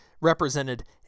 represented